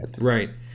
Right